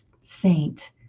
saint